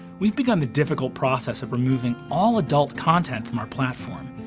we've begun the difficult process of removing all adult content from our platform.